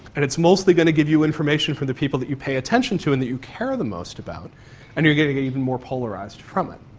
and it's mostly going to give you information from the people that you pay attention to and that you care the most about and you're going to get even more polarised from it.